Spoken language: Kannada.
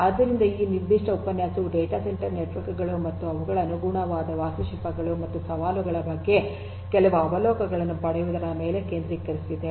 ಆದ್ದರಿಂದ ಈ ನಿರ್ದಿಷ್ಟ ಉಪನ್ಯಾಸವು ಡೇಟಾ ಸೆಂಟರ್ ನೆಟ್ವರ್ಕ್ ಗಳು ಮತ್ತು ಅವುಗಳ ಅನುಗುಣವಾದ ವಾಸ್ತುಶಿಲ್ಪಗಳು ಮತ್ತು ಸವಾಲುಗಳ ಬಗ್ಗೆ ಕೆಲವು ಅವಲೋಕನವನ್ನು ಪಡೆಯುವುದರ ಮೇಲೆ ಕೇಂದ್ರೀಕರಿಸಿದೆ